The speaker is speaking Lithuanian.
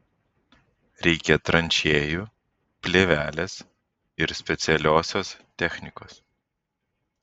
reikia tranšėjų plėvelės ir specialiosios technikos